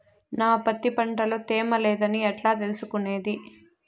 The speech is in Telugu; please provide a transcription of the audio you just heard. నా పత్తి పంట లో తేమ లేదని ఎట్లా తెలుసుకునేది?